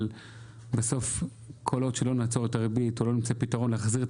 אבל כל עוד לא נעצור את הריבית או לא נמצא פתרון להחזיר את